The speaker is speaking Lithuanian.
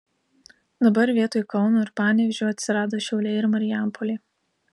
dabar vietoj kauno ir panevėžio atsirado šiauliai ir marijampolė